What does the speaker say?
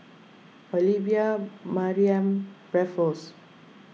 Olivia Mariamne Raffles